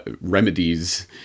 remedies